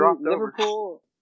Liverpool